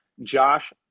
josh